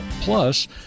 Plus